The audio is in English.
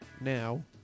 now